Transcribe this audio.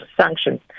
sanction